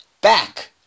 back